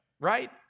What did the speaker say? right